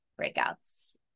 breakouts